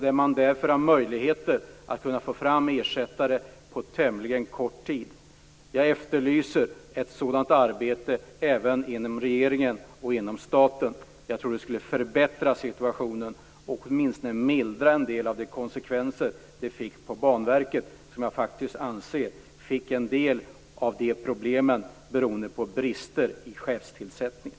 Därför har man möjligheter att kunna få fram ersättare på tämligen kort tid. Jag efterlyser ett sådant arbete även inom regeringen och inom staten. Jag tror att det skulle ha förbättrat situationen och åtminstone mildrat en del av de konsekvenser som uppstod i Banverket. Jag anser faktiskt att en del av problemen i Banverket berodde på brister i chefstillsättningen.